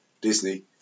Disney